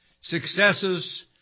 successes